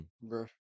Bro